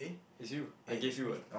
it's you I gave you [what]